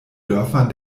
dörfern